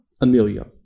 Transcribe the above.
Amelia